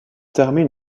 termine